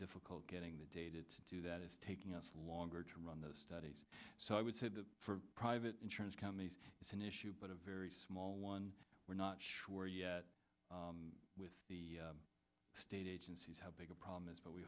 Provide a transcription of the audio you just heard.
difficult getting the data to that is taking longer to run those studies so i would say the private insurance companies it's an issue but a very small one we're not sure yet with the state agencies how big a problem is but we